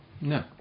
No